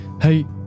hey